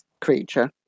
creature